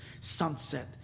sunset